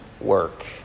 work